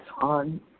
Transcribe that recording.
on